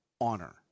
honor